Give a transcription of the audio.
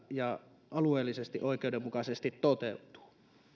ja alueellisesti oikeudenmukaisesti toteutuu